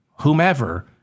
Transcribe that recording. whomever